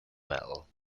metal